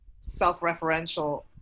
self-referential